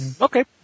Okay